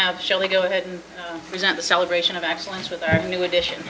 have shelley go ahead and present the celebration of excellence with a new addition